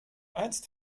einst